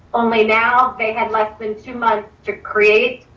only now they had less than two months to create,